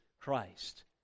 Christ